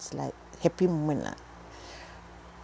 is like happy moment lah